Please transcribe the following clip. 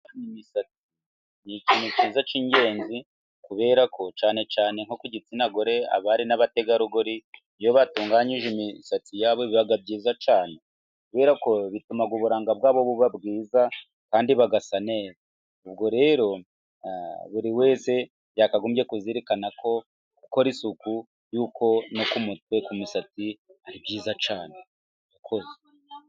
Imisatsi ni icyintu cyiza cy'ingenzi kubera ko cyane cyane nko ku gitsinagore: abari n'abategarugori iyo batunganije imisatsi yabo biba byiza cyane, kubera ko bituma uburanga bwabo buba bwiza kandi bagasa neza. Ubwo rero, buri wese yakagombye kuzirikana ko gukora isuku, yuko no ku mutwe, ku misatsi ni byiza cyane, murakoze.